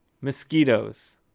mosquitoes